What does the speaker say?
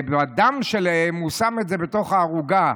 ואת הדם שלהם הוא שם בתוך הערוגה,